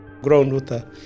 Groundwater